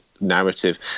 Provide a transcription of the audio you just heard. narrative